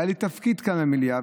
והיה לי תפקיד כאן במליאה,